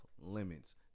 limits